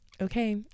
Okay